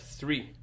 three